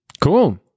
Cool